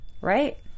Right